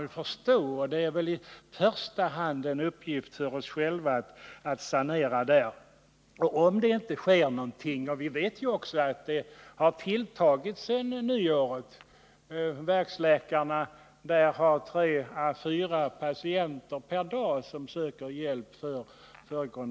Jag tycker att det i det här fallet i första hand är vår uppgift att sanera. Vi vet ju att missförhållandena har tilltagit efter årsskiftet. Verksläkarna i Bai Bang har nu tre till fyra patienter per dag som söker hjälp för gonorré.